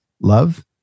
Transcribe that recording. Love